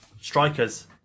Strikers